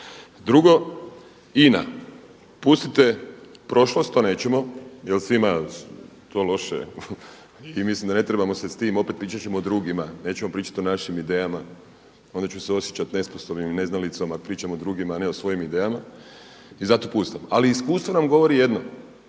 Drugo INA, pustite prošlost to nećemo jel svima to loše i mislim da ne trebamo se s tim opet, pričat ćemo o drugima, nećemo pričati o našim idejama onda ću se osjećati nesposobnim i neznalicom, a pričam o drugim a ne o svojim idejama i zato … Ali iskustvo nam govori jedno,